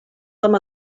com